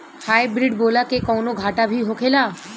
Hybrid बोला के कौनो घाटा भी होखेला?